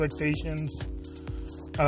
expectations